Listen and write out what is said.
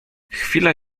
chwila